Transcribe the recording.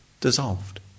dissolved